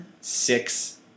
six